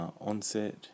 onset